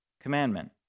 commandment